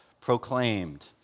proclaimed